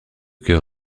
cœur